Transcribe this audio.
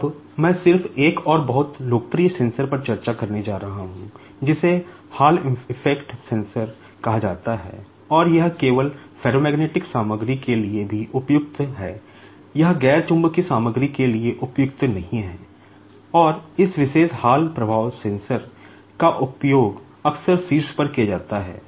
अब मैं सिर्फ एक और बहुत लोकप्रिय सेंसर पर चर्चा करने जा रहा हूं जिसे हॉल इफेक्ट सेंसर का उपयोग अक्सर शीर्ष पर किया जाता है